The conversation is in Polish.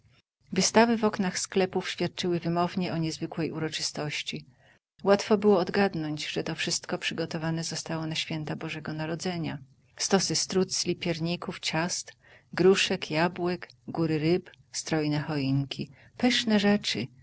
wystawy w oknach sklepów świadczyły wymownie o niezwykłej uroczystości łatwo było odgadnąć że to wszystko przygotowane zostało na święta bożego narodzenia stosy strucli pierników ciast gruszek jabłek góry ryb strojne choinki pyszne rzeczy